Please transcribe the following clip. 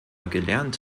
gelernt